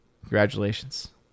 Congratulations